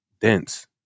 dense